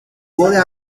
vôlei